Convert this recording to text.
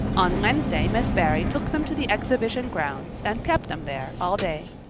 on wednesday miss barry took them to the exhibition grounds and kept them there all day.